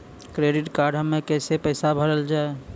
Credit card हम्मे कैसे पैसा भरल जाए?